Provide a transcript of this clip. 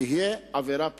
תהיה עבירה פלילית.